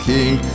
King